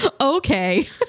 Okay